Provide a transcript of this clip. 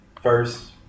First